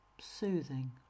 soothing